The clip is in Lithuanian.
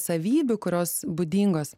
savybių kurios būdingos